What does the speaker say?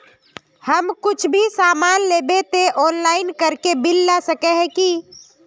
हम कुछ भी सामान लेबे ते ऑनलाइन करके बिल ला सके है की?